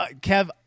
kev